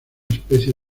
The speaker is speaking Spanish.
especie